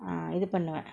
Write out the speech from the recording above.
err இது பன்னுவ:ithu pannuva